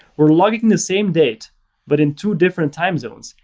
we're logging the same date but in two different time zones,